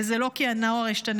וזה לא כי הנוער השתנה.